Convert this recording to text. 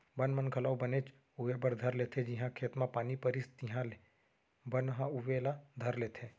बन मन घलौ बनेच उवे बर धर लेथें जिहॉं खेत म पानी परिस तिहॉले बन ह उवे ला धर लेथे